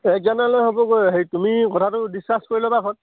এক জানুৱাৰীলৈ হ'ব গৈ হেৰি তুমি কথাটো ডিছকাছ কৰি ল'বা ঘৰত